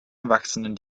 erwachsenen